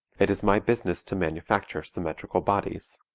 it is my business to manufacture symmetrical bodies.